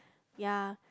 ya